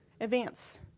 events